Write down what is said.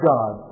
God